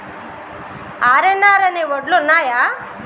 RNR అనే వడ్లు ఉన్నయా?